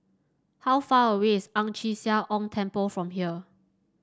how far away is Ang Chee Sia Ong Temple from here